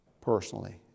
personally